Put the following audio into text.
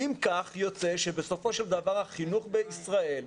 אם כך יוצא שבסופו של דבר החינוך בישראל,